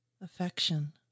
affection